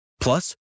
Plus